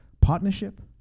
Partnership